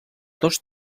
dos